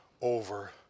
over